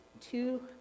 two